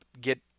get